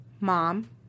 Mom